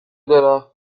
درخت